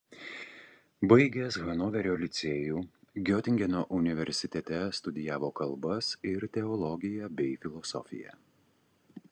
baigęs hanoverio licėjų giotingeno universitete studijavo kalbas ir teologiją bei filosofiją